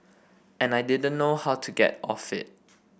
and I didn't know how to get off it